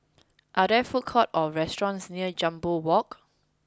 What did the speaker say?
are there food courts or restaurants near Jambol Walk